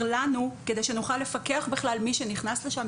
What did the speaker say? לנו כדי שנוכל לפקח בכלל מי שנכנס לשם,